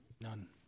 None